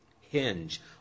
hinge